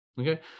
okay